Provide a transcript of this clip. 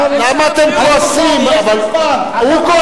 תגן על